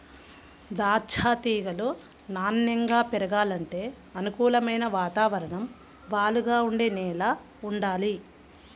దాచ్చా తీగలు నాన్నెంగా పెరగాలంటే అనుకూలమైన వాతావరణం, వాలుగా ఉండే నేల వుండాలి